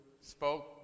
spoke